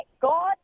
God